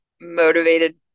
motivated